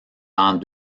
dans